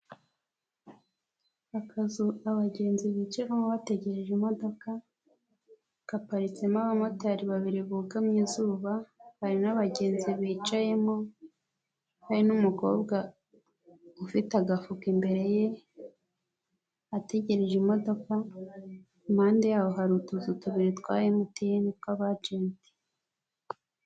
Akazu abagenzi bicamo bategereje imodoka, kaparitsemo abamotari babiri bugamye izuba, hari n'abagenzi bicayemo, hari n'umukobwa ufite agafuka imbere ye, ategereje imodoka, impande yaho hari utuzu tubiri twa MTN, tw'abajenti.